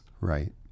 Right